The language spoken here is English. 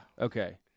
Okay